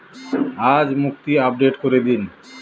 আজ মুক্তি আপডেট করে দিন